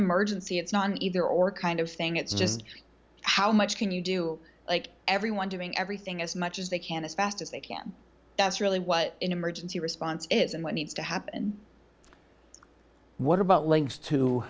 emergency it's not an either or kind of thing it's just how much can you do like everyone doing everything as much as they can as fast as they can that's really what emergency response is and what needs to happen what about links to